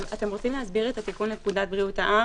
אתם רוצים להסביר את התיקון לפקודת בריאות העם